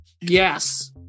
Yes